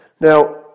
Now